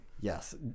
Yes